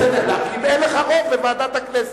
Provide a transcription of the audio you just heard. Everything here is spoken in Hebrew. אם אין לך רוב בוועדת הכנסת.